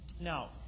Now